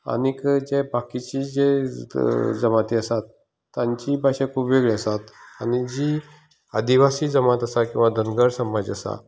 आनी जे बाकीचे जे जमाती आसात तांचीय भाशा खूब वेगळी आसा आनी जी आदिवासी जमात आसा किंवा धनगर समाज आसा